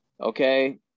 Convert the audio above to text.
Okay